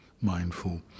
mindful